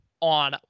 On